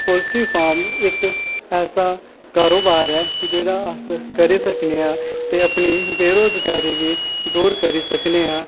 poultry farm इक्क ऐसा कारोबार ऐ जेह्ड़ा अस करी सकने आं ते अपनी बेरोज़गारी गी दूर करी सकने आं